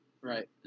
Right